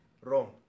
Wrong